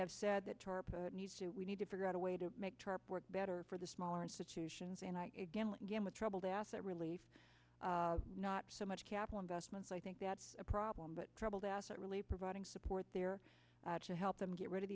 have said that tarp needs to we need to figure out a way to make tarp work better for the smaller institutions and i again look again with troubled asset relief not so much capital investments i think that's a problem but troubled asset relief providing support there to help them get rid of